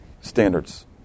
standards